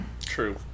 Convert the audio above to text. True